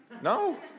No